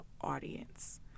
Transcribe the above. audience